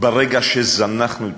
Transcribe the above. ברגע שזנחנו את